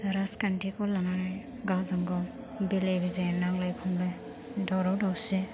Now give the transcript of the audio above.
राजखान्थिखौ लानानै गावजों गाव बेलेबेजे नांलाय खमलाय दावराव दावसि